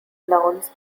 nouns